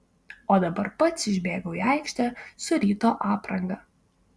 o dabar pats išbėgau į aikštę su ryto apranga